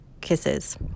kisses